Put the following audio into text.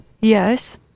Yes